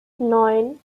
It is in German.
neun